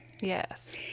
yes